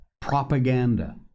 Propaganda